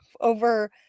over